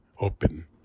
open